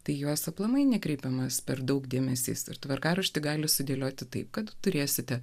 tai juos aplamai nekreipiamas per daug dėmesys ir tvarkaraštį gali sudėlioti taip kad turėsite